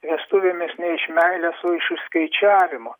vestuvėmis ne iš meilės o iš išskaičiavimo